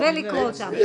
ולקרוא אותם.